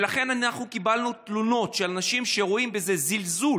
אנחנו קיבלנו תלונות מאנשים שרואים בזה זלזול